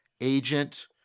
agent